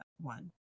one